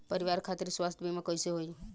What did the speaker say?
परिवार खातिर स्वास्थ्य बीमा कैसे होई?